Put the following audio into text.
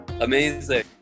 Amazing